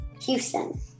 Houston